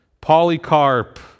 Polycarp